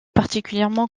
particulièrement